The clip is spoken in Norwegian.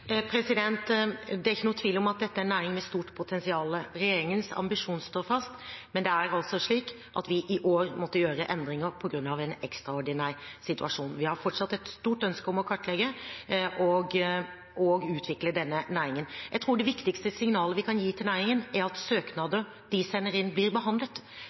Det er ikke noen tvil om at dette er en næring med stort potensial. Regjeringens ambisjon står fast, men det er altså slik at vi i år måtte gjøre endringer på grunn av en ekstraordinær situasjon. Vi har fortsatt et stort ønske om å kartlegge og utvikle denne næringen. Jeg tror det viktigste signalet vi kan gi til næringen, er at søknader de sender inn, blir behandlet.